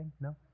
no